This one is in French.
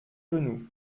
genou